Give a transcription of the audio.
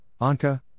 Anka